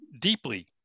deeply